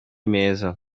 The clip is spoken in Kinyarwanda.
meza